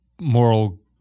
moral